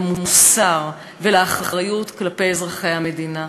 למוסר ולאחריות כלפי אזרחי המדינה.